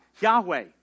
Yahweh